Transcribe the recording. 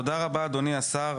תודה רבה, אדוני השר.